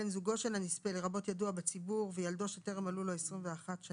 בן זוגו של הנספה לרבות ידוע בציבור וילדו שטרם מלאו לו 21 שנים,